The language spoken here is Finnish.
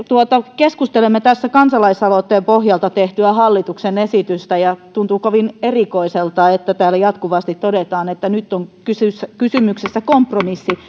keskustelemme tässä kansalaisaloitteen pohjalta tehdystä hallituksen esityksestä ja tuntuu kovin erikoiselta että täällä jatkuvasti todetaan että nyt on kysymyksessä kompromissi